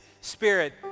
spirit